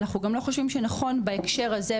אנחנו גם לא חושבים שנכון בהקשר הזה,